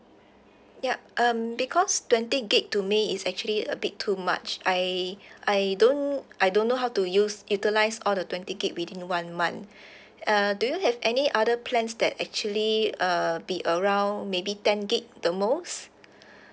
yup um because twenty gig to me is actually a bit too much I I don't I don't know how to use utilize all the twenty gig within one month uh do you have any other plans that actually uh be around maybe ten gig the most